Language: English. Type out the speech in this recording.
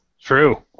True